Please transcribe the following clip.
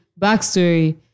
backstory